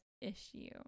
issue